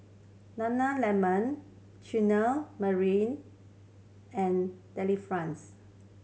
Nana Lemon Chutney Mary and Delifrance